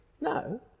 No